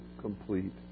complete